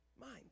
mind